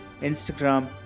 Instagram